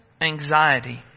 anxiety